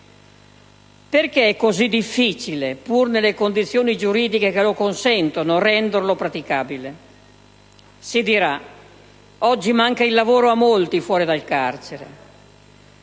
Perché è così difficile, pur nelle condizioni giuridiche che lo consentono, renderlo praticabile? Si dirà che oggi manca il lavoro a molti fuori dal carcere.